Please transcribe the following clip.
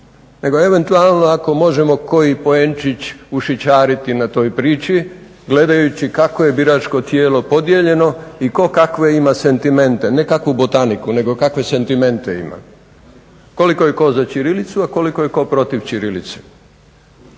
nego eventualno ako možemo koji poenčić ušićariti na toj priči gledajući kako je biračko tijelo podijeljeno i tko kakve ima sentimente ne kakvu botaniku, ne kakve sentimente ima, koliko je tko za ćirilicu a koliko je tko protiv ćirilice.